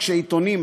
כשעיתונים,